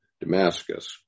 Damascus